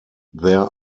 there